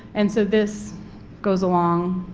and so this goes along,